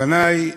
לפני,